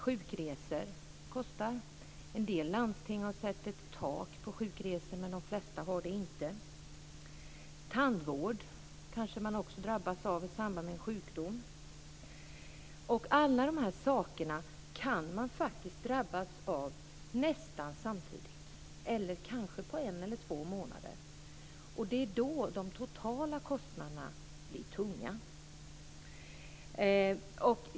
Sjukresor kostar. En del landsting har satt ett tak på sjukresor, men de flesta har det inte. Tandvård kanske man också drabbas av i samband med en sjukdom. Alla de här sakerna kan man faktiskt drabbas av nästan samtidigt eller kanske under en eller två månader. Och det är då de totala kostnaderna blir tunga.